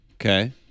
Okay